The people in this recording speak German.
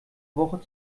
woche